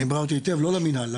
דיברתי היטב, למנהל, לא למינהל.